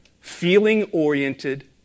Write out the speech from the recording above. feeling-oriented